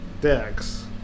Dex